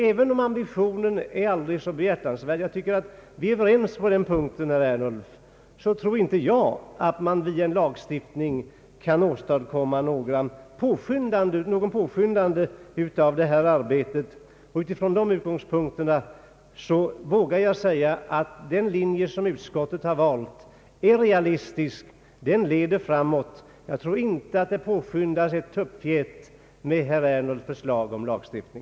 Även om ambitionen är aldrig så behjärtansvärd — vi är överens på den punkten, herr Ernulf — tror inte jag att man via en lagstiftning kan påskynda detta arbete. Från dessa utgångspunkter vågar jag säga att den linje som utskottet har valt är realistisk och leder framåt. Jag tror inte att herr Ernulfs förslag om lagstiftning skulle föra saken ett tuppfjät framåt.